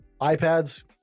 iPads